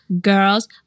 girls